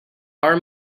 our